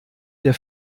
der